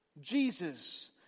Jesus